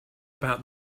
about